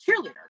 cheerleader